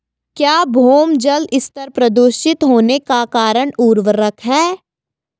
क्या भौम जल स्तर प्रदूषित होने का कारण उर्वरक है?